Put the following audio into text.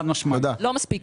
לא מספיק.